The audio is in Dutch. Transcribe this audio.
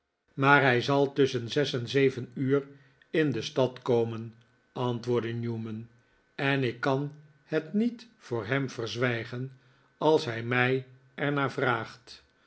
maar hij zal tusschen zes en zeven uur in de stad komen antwoordde newman en ik kan het niet voor hem verzwijgen als hij mij er naar vraagt